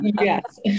Yes